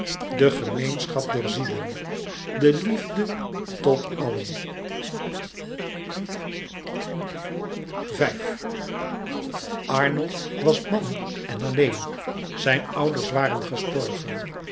de gemeenschap der zielen de liefde tot allen arnold was man en alleen zijne ouders waren gestorven